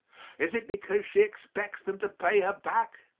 is it because she expects them to pay her back?